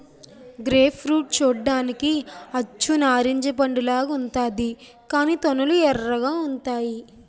grape fruit చూడ్డానికి అచ్చు నారింజ పండులాగా ఉంతాది కాని తొనలు ఎర్రగా ఉంతాయి